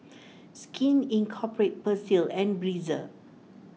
Skin Inc Persil and Breezer